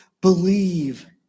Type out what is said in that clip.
believe